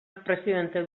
presidente